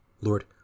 Lord